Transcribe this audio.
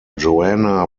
joanna